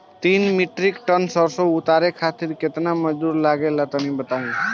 तीन metric ton सरसो उतारे खातिर केतना मजदूरी लगे ला तनि बताई?